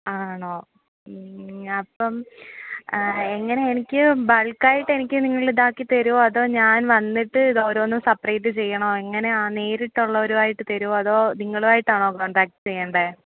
ആണോ അപ്പം ആ എങ്ങനെയാണ് എനിക്ക് ബൾക്ക് ആയിട്ട് എനിക്ക് നിങ്ങൾ ഇതാക്കി തരുമോ അതോ ഞാൻ വന്നിട്ട് ഇത് ഓരോന്നും സപ്പറേറ്റ് ചെയ്യണോ എങ്ങനെയാണ് നേരിട്ടുള്ളവരുമായിട്ട് തരുമോ അതോ നിങ്ങളുമായിട്ടാണോ കോൺടാക്റ്റ് ചെയ്യേണ്ടത്